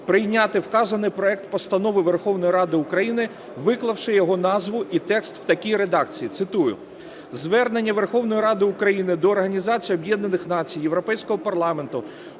прийняти вказаний проект Постанови Верховної Ради України, виклавши його назву і текст в такій редакції, цитую: "Звернення Верховної Ради України до Організації Об'єднаних Націй, Європейського Парламенту,